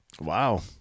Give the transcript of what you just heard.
Wow